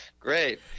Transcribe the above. Great